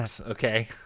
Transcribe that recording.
okay